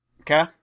Okay